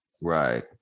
Right